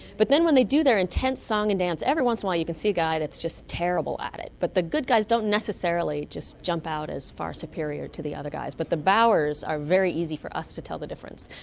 but then when they do their intense song and dance. every once in a while you can see a guy that's just terrible at it, but the good guys don't necessarily just jump out as far superior to the other guys. but the bowers are very easy for us to tell the difference.